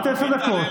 קיבלתם כלכלה פורחת,